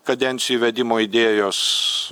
kadencijų įvedimo idėjos